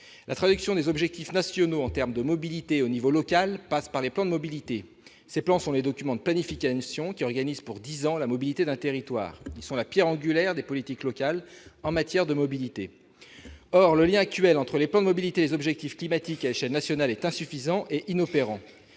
La traduction des objectifs nationaux en termes de mobilité au niveau local passe par les plans de mobilité. Ces plans sont les documents de planification qui organisent pour dix ans la mobilité d'un territoire. Ils sont la pierre angulaire des politiques locales en matière de mobilité. Or le lien actuel entre les plans de mobilité et les objectifs climatiques à échelle nationale est insuffisant et inopérant.